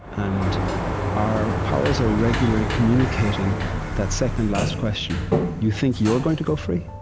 and our powers are regularly communicating that second-last question you think you're going to go free?